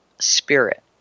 spirit